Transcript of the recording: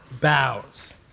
bows